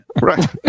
Right